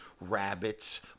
rabbits